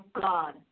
God